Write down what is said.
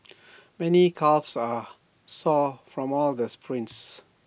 many calves are sore from all these sprints